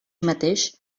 mateix